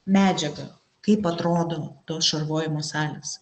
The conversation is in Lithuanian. medžiagą kaip atrodo tos šarvojimo salės